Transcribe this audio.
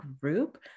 group